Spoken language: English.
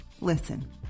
listen